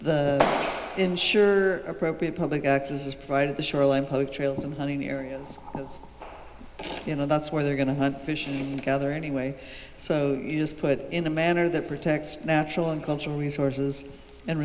the ensure appropriate public access is provided the shoreline public trails in hunting areas you know that's where they're going to hunt fish and gather anyway so you just put in a manner that protects natural and cultural resources and